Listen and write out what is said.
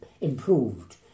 improved